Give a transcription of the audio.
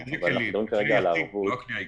זה הכלי היחיד, לא הכלי העיקרי.